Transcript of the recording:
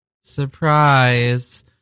Surprise